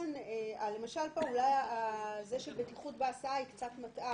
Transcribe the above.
כותרת השוליים של בטיחות בהסעה אולי קצת מטעה.